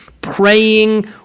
Praying